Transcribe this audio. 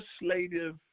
legislative